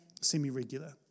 semi-regular